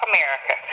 America